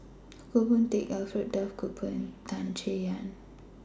Goh Boon Teck Alfred Duff Cooper and Tan Chay Yan